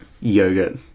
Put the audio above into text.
yogurt